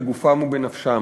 בגופם ובנפשם.